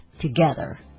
together